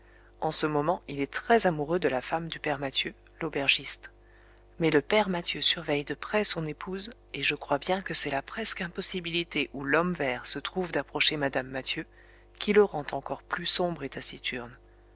en ce moment il est très amoureux de la femme du père mathieu l'aubergiste mais le père mathieu surveille de près son épouse et je crois bien que c'est la presque impossibilité où l'homme vert se trouve d'approcher mme mathieu qui le rend encore plus sombre et